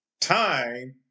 Time